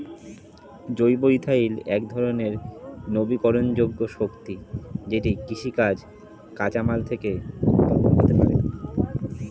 জৈব ইথানল একধরণের নবীকরণযোগ্য শক্তি যেটি কৃষিজ কাঁচামাল থেকে উৎপন্ন হতে পারে